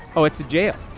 oh, it's the jail.